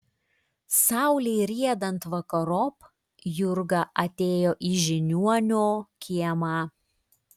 saulei riedant vakarop jurga atėjo į žiniuonio kiemą